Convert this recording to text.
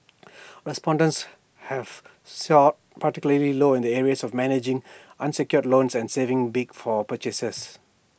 respondents have particularly low in the areas of managing unsecured loans and saving big for purchases